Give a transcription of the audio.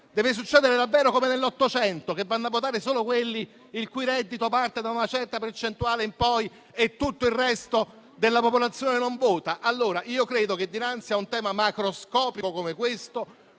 Deve succedere davvero come nell'Ottocento, ossia che vadano a votare solo coloro il cui reddito parte da una certa percentuale in poi e tutto il resto della popolazione non vota? Credo che, dinanzi a un tema macroscopico come questo,